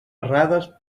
errades